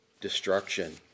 destruction